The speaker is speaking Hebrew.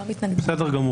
בסדר.